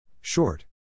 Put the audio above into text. Short